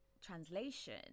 translation